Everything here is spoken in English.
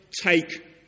take